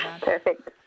Perfect